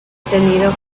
tenido